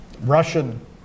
Russian